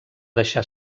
deixar